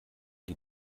die